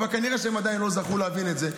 אבל כנראה הם עדיין לא זכו להבין את זה.